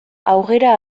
aurrera